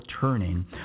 turning